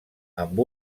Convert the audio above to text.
amb